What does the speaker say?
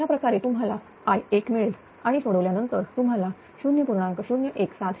अशाप्रकारे तुम्हालाI1 मिळेल आणि सोडवल्यानंतर तुम्हाला 0